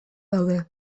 daude